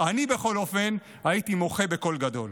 אני בכל אופן הייתי מוחה בקול גדול.